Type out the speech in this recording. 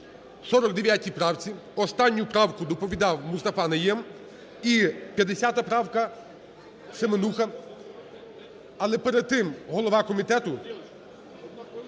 49 правці, останню правку доповідав МустафаНайєм, і 50 правка – Семенуха. Але перед тим голова комітету